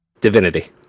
Divinity